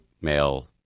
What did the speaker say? male